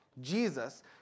Jesus